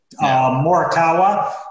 Morikawa